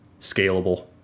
scalable